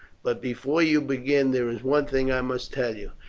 but before you begin there is one thing i must tell you.